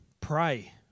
Pray